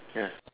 ya